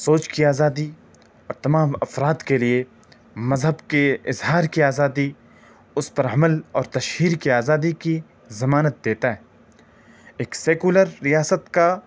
سوچ کی آزادی اور تمام افراد کے لیے مذہب کے اظہار کی آزادی اس پر عمل اور تشہیر کی آزادی کی ضمانت دیتا ہے ایک سیکولر ریاست کا